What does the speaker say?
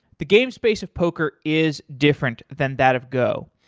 the game space of poker is different than that of go.